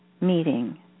meeting